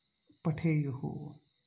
पठेयुः